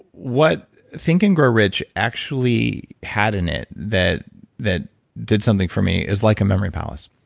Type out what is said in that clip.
what think and grow rich actually had in it that that did something for me is like a memory palace.